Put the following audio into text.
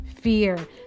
fear